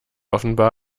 offenbar